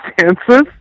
circumstances